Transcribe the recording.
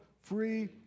free